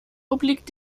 obliegt